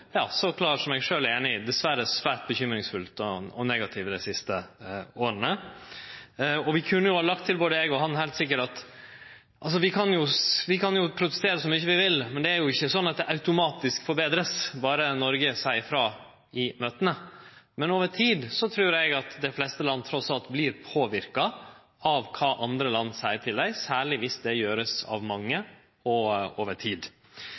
som eg så klart sjølv er einig i – dessverre svært urovekkjande og negativ dei siste åra. Både eg og han kunne òg heilt sikkert ha lagt til at vi kan protestere så mykje vi vil, men det er ikkje sånn at det automatisk vert forbetra berre Noreg seier frå i møta. Men over tid trur eg at dei fleste land trass alt vert påverka av kva andre land seier til dei, særleg viss det vert gjort av mange – og over tid.